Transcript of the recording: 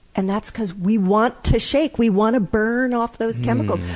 and that's because we want to shake we want to burn off those chemicals.